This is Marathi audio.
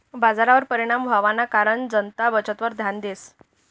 बजारवर परिणाम व्हवाना कारण जनता बचतवर ध्यान देस